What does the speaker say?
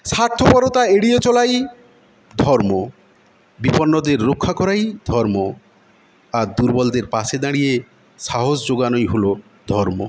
স্বার্থপরতা এড়িয়ে চলাই ধর্ম বিপন্নদের রক্ষা করাই ধর্ম আর দুর্বলদের পাশে দাঁড়িয়ে সাহস জোগানোই হলো ধর্ম